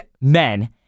men